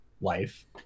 life